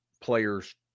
players